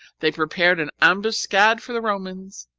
they prepared an ambuscade for the romans,